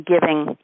giving